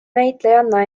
näitlejanna